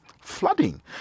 flooding